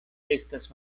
estas